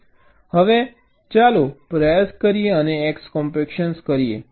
હવે ચાલો પ્રયાસ કરીએ અને x કોમ્પેક્શન કરીએ